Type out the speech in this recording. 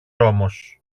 όμως